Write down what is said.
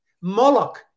Moloch